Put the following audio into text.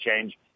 change